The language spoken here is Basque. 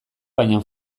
baina